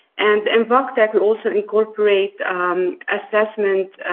and in voctec we also incorporate assessment,